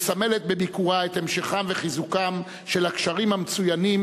מסמלת בביקורה את המשכם וחיזוקם של הקשרים המצוינים